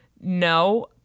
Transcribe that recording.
No